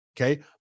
okay